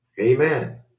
Amen